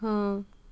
ହଁ